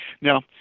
Now